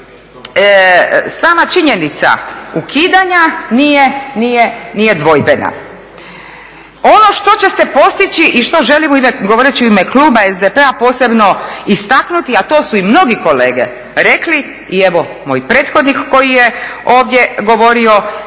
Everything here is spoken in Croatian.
sama činjenica ukidanja nije dvojbena. Ono što će se postići i što želimo govoreći u ime kluba SDP-a posebno istaknuti, a to su i mnogi kolege rekli i evo, moj prethodnik koji je ovdje govorio,